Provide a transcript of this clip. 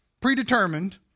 predetermined